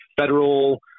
federal